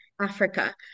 Africa